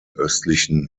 östlichen